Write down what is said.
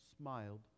smiled